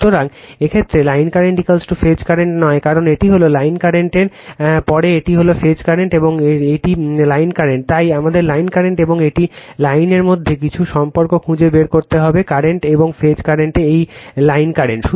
সুতরাং এই ক্ষেত্রে লাইন কারেন্ট ফেজ কারেন্ট নয় কারণ এটি হল লাইন কারেন্ট এর পরে এটি হল ফেজ কারেন্ট এবং এটি লাইন কারেন্ট তাই আমাদের লাইন কারেন্ট এবং এটি লাইনের মধ্যে কিছু সম্পর্ক খুঁজে বের করতে হবে কারেন্ট এবং ফেজ কারেন্ট এই লাইন কারেন্ট